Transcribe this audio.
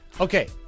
Okay